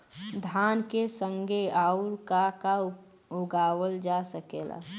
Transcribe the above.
धान के संगे आऊर का का उगावल जा सकेला?